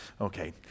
okay